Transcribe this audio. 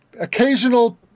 occasional